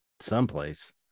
someplace